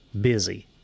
Busy